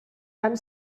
and